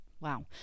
Wow